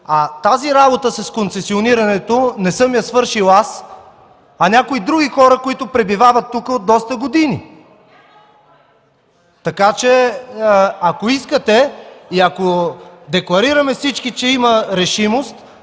Тази работа с концесионирането не съм я свършил аз, а някои други хора, които пребивават тук от доста години. Така че, ако искате и ако декларираме всички, че има решимост,